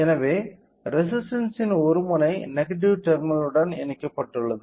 எனவே ரெசிஸ்டன்ஸ்ன் ஒரு முனை நெகடிவ் டெர்மினலுடன் இணைக்கப்பட்டுள்ளது